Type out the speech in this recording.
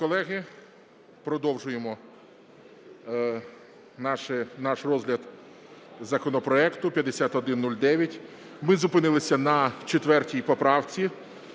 Шановні колеги, продовжуємо наш розгляд законопроекту 5109. Ми зупинилися на 4 поправці.